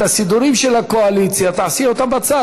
את הסידורים של הקואליציה תעשי בצד,